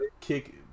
kick